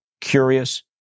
curious